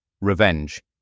Revenge